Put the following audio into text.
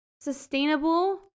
sustainable